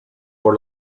por